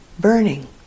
Burning